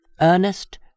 Ernest